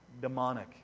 demonic